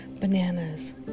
bananas